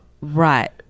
right